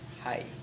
Hi